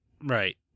Right